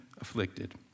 afflicted